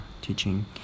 teaching